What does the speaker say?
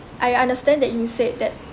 I understand that you said that